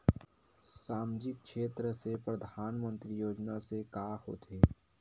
सामजिक क्षेत्र से परधानमंतरी योजना से का होथे?